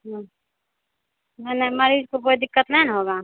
हाँ नहीं नहीं मरीज को कोई दिक्कत नहीं ना होगा